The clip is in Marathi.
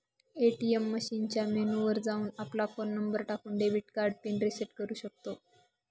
ए.टी.एम मशीनच्या मेनू वर जाऊन, आपला फोन नंबर टाकून, डेबिट कार्ड पिन रिसेट करू शकतो